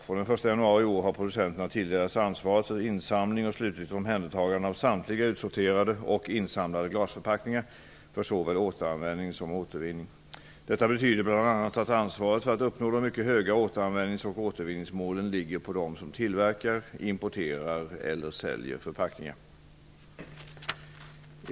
Från den 1 januari i år har producenterna tilldelats ansvaret för insamling och slutligt omhändertagande av samtliga utsorterade och insamlade glasförpackningar för såväl återanvändning som återvinning. Detta betyder bl.a. att ansvaret för att uppnå de mycket höga återanvändnings och återvinningsmålen ligger på dem som tillverkar, importerar eller säljer förpackningar.